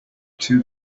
two